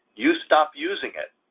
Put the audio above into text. you stop using it,